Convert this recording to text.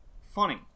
funny